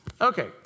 Okay